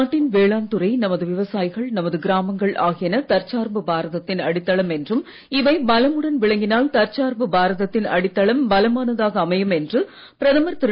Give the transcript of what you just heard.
நாட்டின் வேளாண் துறை நமது விவசாயிகள் நமது கிராமங்கள் ஆகியன தற்சார்பு பாரதத்தின் அடித்தளம் என்றும் இவை பலமுடன் விளங்கினால் தற்பார்பு பாரதத்தின் அடித்தளம் பலமானதாக அமையும் என்ற பிரதமர் திரு